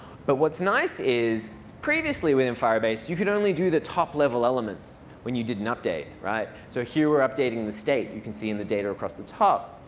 but what's nice is previously within firebase, you could only do the top level elements when you did an update, right? so here we're updating the state, you can see in the data across the top.